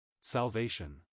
Salvation